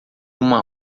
uma